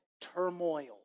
turmoil